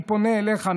אני פונה אליך,